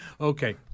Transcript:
Okay